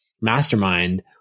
mastermind